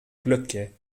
cloquet